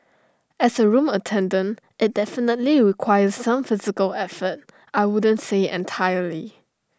as A room attendant IT definitely requires some physical effort I wouldn't say entirely